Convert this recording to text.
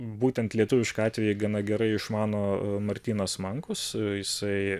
būtent lietuvišką atvejį gana gerai išmano martynas mankus jisai